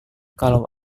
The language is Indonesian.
kalau